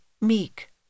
meek